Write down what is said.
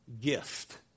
gift